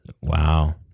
Wow